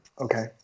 Okay